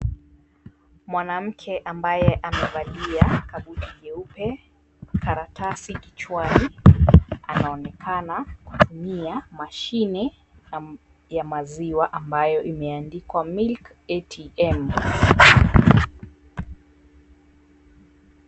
Mwanamke ambaye amevalia kabuti jeupe na karatasi kichwani anaonekana akitumia mashini ya maziwa ambayo imeandikwa, Milk ATM.